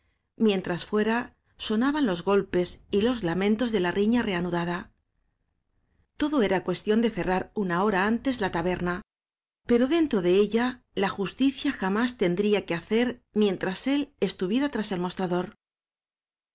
mientras fuera sonaban los gol pes y los lamentos de la riña reanudada todoera cuestión de cerrar una hora antes la taber na pero dentro de ella la justicia jamás ten dría que hacér mientras él estuviera tras el mostrador